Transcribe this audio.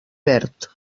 verd